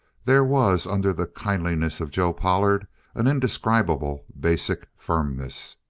there was under the kindliness of joe pollard an indescribable basic firmness.